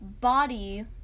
body